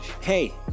Hey